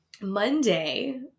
Monday